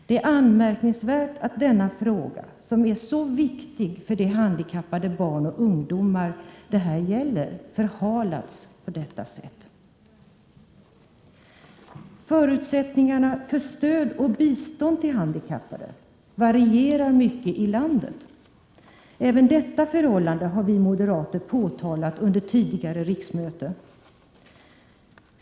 Det är anmärkningsvärt att denna fråga, som är så viktig för de handikappade barn och ungdomar det här gäller, förhalats på detta sätt. Förutsättningarna för stöd och bistånd till handikappade varierar mycket i landet. Även detta förhållande har vi moderater påtalat under tidigare 31 riksmöte.